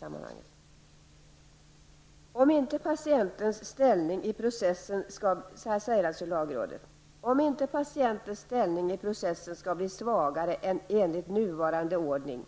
Lagrådet skriver i sitt yttrande följande: ''Om inte patientens ställning i processen skall bli svagare än enligt nuvarande ordning,